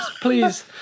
please